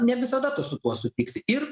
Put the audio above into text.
ne visada tu su tuo sutiks ir